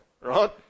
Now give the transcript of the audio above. right